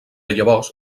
llavors